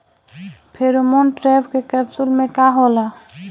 Pheromone trap capsule में का होला?